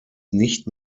nicht